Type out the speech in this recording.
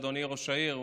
אדוני ראש העיר,